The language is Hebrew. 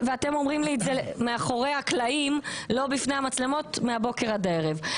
אתם אומרים לי את זה מאחורי הקלעים ולא בפני המצלמות מהבוקר עד הערב.